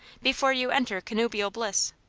before you enter connubial bliss?